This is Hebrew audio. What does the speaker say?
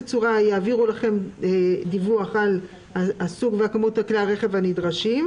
צורה יעבירו לכם דיווח על סוג וכמות כלי הרכב הנדרשים,